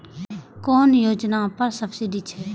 कुन योजना पर सब्सिडी छै?